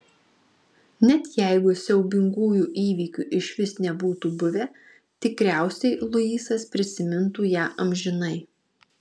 net jeigu siaubingųjų įvykių išvis nebūtų buvę tikriausiai luisas prisimintų ją amžinai